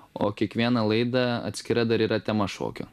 o kiekvieną laidą atskira dar yra tema šokio